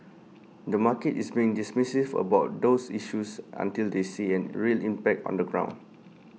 the market is being dismissive about those issues until they see any real impact on the ground